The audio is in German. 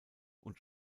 und